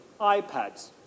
iPads